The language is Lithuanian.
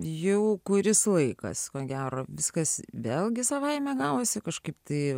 jau kuris laikas ko gero viskas vėlgi savaime gavosi kažkaip tai